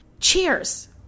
Cheers